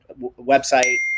website